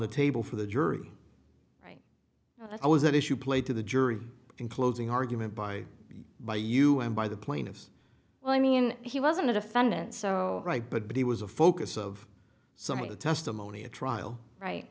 the table for the jury right but i was that issue played to the jury in closing argument by by you and by the plaintiff's well i mean he wasn't a defendant so right but he was a focus of some of the testimony at trial right